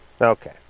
Okay